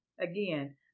again